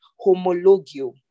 homologio